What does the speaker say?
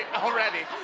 already.